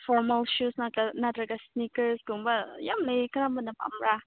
formal shoes ꯅꯠꯇ꯭ꯔꯒ ꯏꯁꯅꯤꯀꯔꯁ ꯀꯨꯝꯕ ꯌꯥꯝ ꯂꯩꯌꯦ ꯀꯔꯝꯕꯅ ꯄꯥꯝꯕ꯭ꯔꯥ